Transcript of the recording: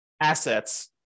assets